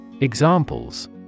Examples